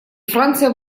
франция